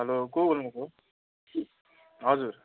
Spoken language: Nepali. हलो को बोल्नुभएको हजुर